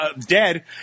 dead